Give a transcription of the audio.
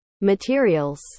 materials